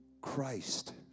Christ